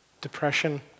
depression